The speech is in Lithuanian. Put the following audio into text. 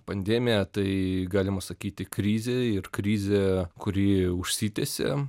pandemija tai galima sakyti krizė ir krizė kuri užsitęsė